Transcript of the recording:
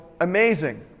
amazing